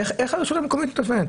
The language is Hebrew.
איך הרשות המקומית מטלפנת?